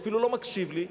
ואפילו לא מקשיב לי,